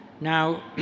Now